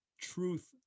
truth